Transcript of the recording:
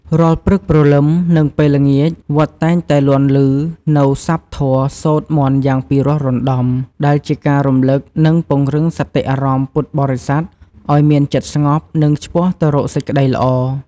រាល់ព្រឹកព្រលឹម និងពេលល្ងាច វត្តតែងតែលាន់ឮនូវស័ព្ទធម៌សូត្រមន្តយ៉ាងពីរោះរណ្ដំ ដែលជាការរំលឹក និងពង្រឹងសតិអារម្មណ៍ពុទ្ធបរិស័ទឲ្យមានចិត្តស្ងប់ និងឆ្ពោះទៅរកសេចក្តីល្អ។